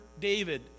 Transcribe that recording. David